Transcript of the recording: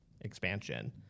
expansion